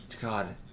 God